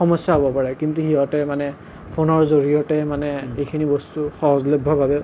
সমস্যা হ'ব পাৰে কিন্তু সিহঁতে মানে ফোনৰ জৰিয়তে মানে এইখিনি বস্তু সহজলভ্যভাৱে